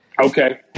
Okay